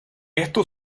esto